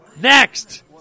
Next